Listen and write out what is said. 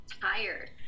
tired